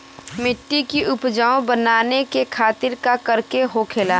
मिट्टी की उपजाऊ बनाने के खातिर का करके होखेला?